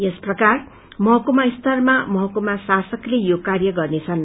यस प्रकार महकुमा स्तरमा महकुमा शासकले यो कार्य गर्नेछन्